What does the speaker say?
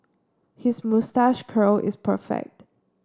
his moustache curl is perfect